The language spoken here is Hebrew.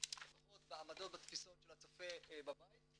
לפחות בעמדות ובתפיסות של הצופה בבית.